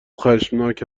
خشمناک